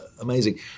Amazing